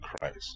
christ